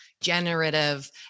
generative